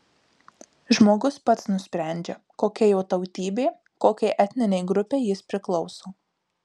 žmogus pats nusprendžia kokia jo tautybė kokiai etninei grupei jis priklauso